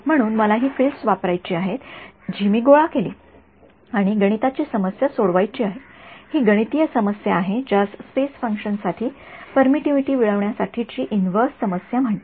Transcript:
म्हणून मला ही फील्डस वापरायची आहेत जी मी गोळा केली आणि गणिताची समस्या सोडवायची आहे ही गणितीय समस्या आहे ज्यास स्पेस फंक्शन साठी परमिटिव्हिटी मिळविण्यासाठीची इन्व्हर्स समस्या म्हणतात